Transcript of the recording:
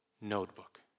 notebook